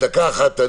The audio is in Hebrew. יש לי שאלה: אני